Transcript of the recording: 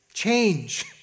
change